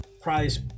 prize